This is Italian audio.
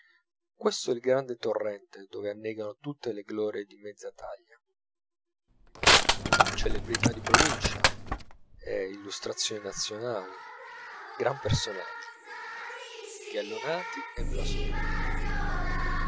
questo è il grande torrente dove annegano tutte le glorie di mezza taglia celebrità di provincia e illustrazioni nazionali gran personaggi gallonati e blasonati